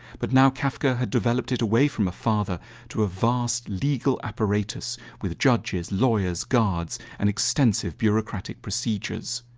but now kafka had developed it away from a father to a vast legal apparatus with judges, lawyers, guards and extensive bureaucratic procedures.